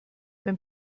wenn